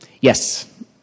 Yes